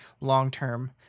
long-term